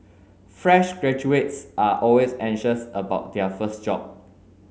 fresh graduates are always anxious about their first job